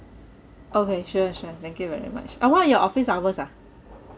okay sure sure thank you very much ah what are your office hours ah